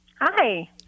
Hi